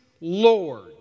Lord